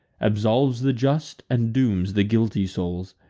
absolves the just, and dooms the guilty souls.